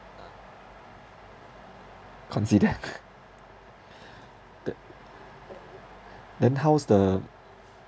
consider that then how's the